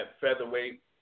featherweight